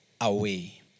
away